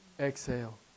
exhale